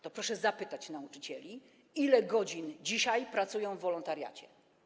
To proszę zapytać nauczycieli, ile godzin dzisiaj pracują w wolontariacie.